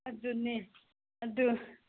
ꯑꯗꯨꯅꯦ ꯑꯗꯨ